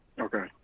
Okay